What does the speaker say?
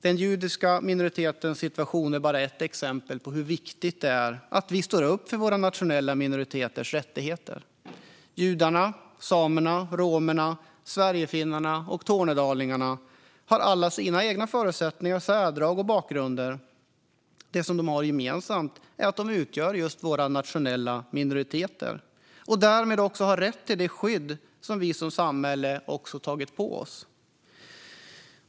Den judiska minoritetens situation är bara ett exempel på hur viktigt det är att vi står upp för våra nationella minoriteters rättigheter. Judarna, samerna, romerna, sverigefinnarna och tornedalingarna har alla sina egna förutsättningar, särdrag och bakgrunder. Det som de har gemensamt är just att de utgör våra nationella minoriteter och därmed också har rätt till det skydd som vi som samhälle tagit på oss.